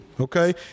okay